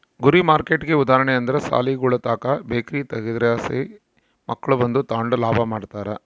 ಗುರಿ ಮಾರ್ಕೆಟ್ಗೆ ಉದಾಹರಣೆ ಅಂದ್ರ ಸಾಲಿಗುಳುತಾಕ ಬೇಕರಿ ತಗೇದ್ರಲಾಸಿ ಮಕ್ಳು ಬಂದು ತಾಂಡು ಲಾಭ ಮಾಡ್ತಾರ